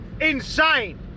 insane